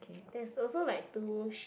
there's also like two sheep